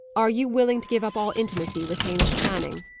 are you willing to give up all intimacy with hamish channing?